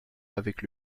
avec